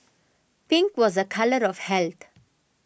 pink was a colour of health